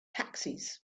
taxis